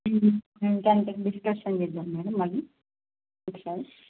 ఇంక అంత డిస్కషన్ చేద్దాం మేడం మళ్ళీ ఒకసారి